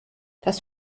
das